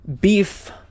beef